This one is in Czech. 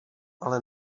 ale